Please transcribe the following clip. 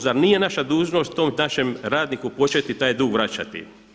Zar nije naša dužnost tom našem radniku poslije taj dug vraćati.